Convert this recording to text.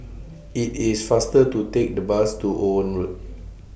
IT IS faster to Take The Bus to Owen Road